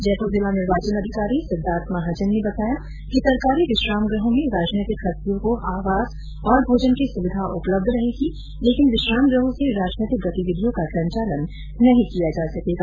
जयपुर जिला निर्वाचन अधिकारी सिद्धार्थ महाजन ने बताया कि सरकारी विश्राम गृहों में राजनैतिक हस्तियों को आवास और भोजन की सुविधा उपलब्ध रहेगी लेकिन विश्राम गृहों से राजनैतिक गतिविधियों का संचालन नहीं किया जा सकेगा